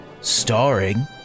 Starring